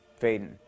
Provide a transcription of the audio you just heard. Faden